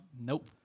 Nope